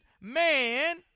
man